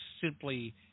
simply